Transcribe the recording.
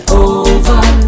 over